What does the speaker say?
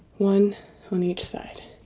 one on each side